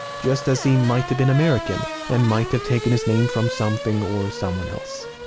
just as he might have been american, and might have taken his name from something or someone else.